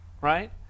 Right